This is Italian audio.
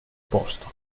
posto